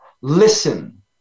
listen